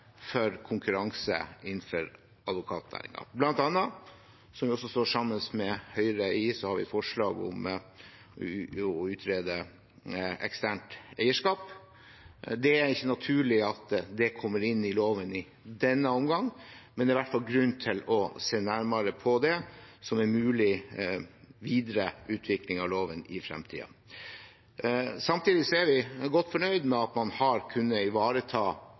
innenfor advokatnæringen. Vi har bl.a. et forslag sammen med Høyre om å utrede eksternt eierskap. Det er ikke naturlig at det kommer inn i loven i denne omgang, men det er i hvert fall grunn til å se nærmere på det som en mulig videreutvikling av loven i fremtiden. Samtidig er vi godt fornøyd med at man har kunnet ivareta